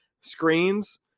screens